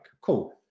cool